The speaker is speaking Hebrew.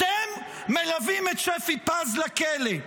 ואתם מלווים את שפי פז לכלא.